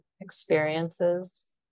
experiences